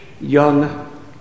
young